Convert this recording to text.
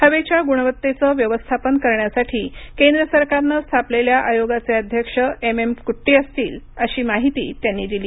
हवेच्या गुणवत्तेचं व्यवस्थापन करण्यासाठी केंद्र सरकारनं स्थापलेल्या आयोगाचे अध्यक्ष एम एम कुट्टी असतील अशी माहिती त्यांनी दिली